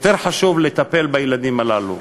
יותר חשוב לטפל בילדים הללו.